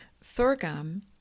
sorghum